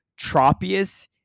Tropius